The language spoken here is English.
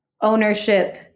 ownership